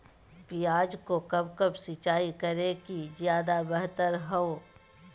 प्याज को कब कब सिंचाई करे कि ज्यादा व्यहतर हहो?